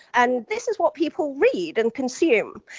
and this is what people read and consume.